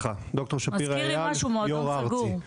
מזכיר לי משהו מועדון סגור,